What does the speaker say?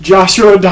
Joshua